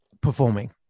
performing